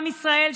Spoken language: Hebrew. עם ישראל,